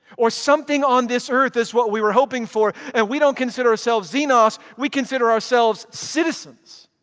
or something on this earth is what we were hoping for and we don't consider ourselves xenos, we consider ourselves citizens.